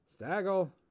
Staggle